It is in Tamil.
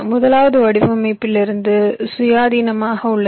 முதலாவது வடிவமைப்பிலிருந்து சுயாதீனமாக உள்ளது